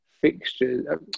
fixtures